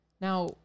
Now